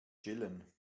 chillen